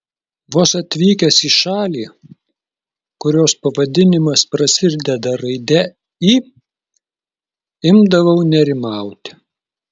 vos atvykęs į šalį kurios pavadinimas prasideda raide i imdavau nerimauti